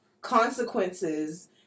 consequences